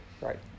right